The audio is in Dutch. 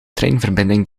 treinverbinding